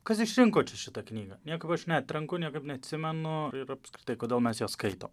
kas išrinko šitą knygą niekaip aš netranku niekaip neatsimenu ir apskritai kodėl mes ją skaito